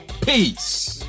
Peace